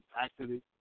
accident